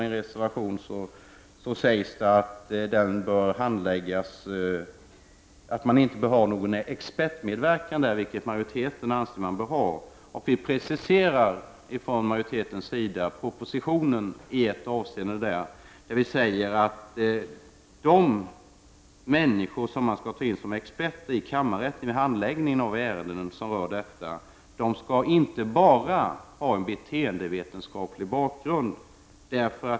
I reservationen sägs att man inte bör ha någon expertmedverkan, vilket majoriteten anser man bör ha. Vi preciserar från majoritetens sida propositionen i ett avseende, där vi säger att de människor som skall tas in som experter i kammarrätten för handläggning av sådana här ärenden skall inte bara ha en beteendevetenskaplig bakgrund.